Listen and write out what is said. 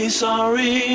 Sorry